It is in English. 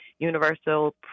universal